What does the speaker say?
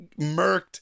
murked